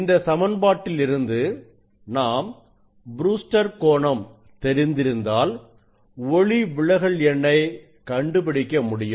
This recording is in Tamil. இந்த சமன்பாட்டில் இருந்து நாம் ப்ரூஸ்டர் கோணம்Brewster's angle தெரிந்திருந்தால் ஒளிவிலகல் எண்ணை கண்டுபிடிக்க முடியும்